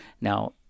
Now